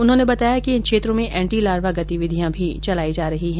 उन्होंने बताया कि इन क्षेत्रों में एंटी लार्वा गतिविधियां भी संचालित की जा रही है